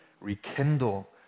Rekindle